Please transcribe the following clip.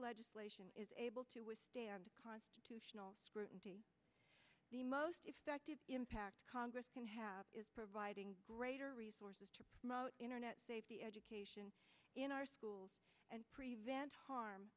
legislation is able to withstand constitutional scrutiny the most effective impact congress can have is providing greater resources to promote internet safety education in our schools and prevent harm